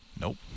Nope